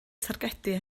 targedu